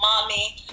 Mommy